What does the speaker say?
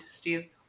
Steve